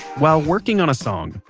while working on a song,